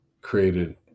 created